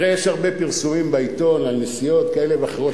יש הרבה פרסומים בעיתון על נסיעות כאלה ואחרות.